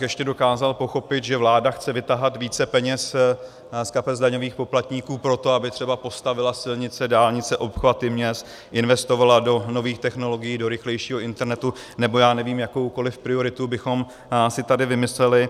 Ještě bych dokázal pochopit, že vláda chce vytahat více peněz z kapes daňových poplatníků proto, aby třeba postavila silnice, dálnice, obchvaty měst, investovala do nových technologií, do rychlejšího internetu nebo, já nevím, jakoukoli prioritu bychom si tady vymysleli.